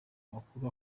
makuru